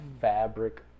fabric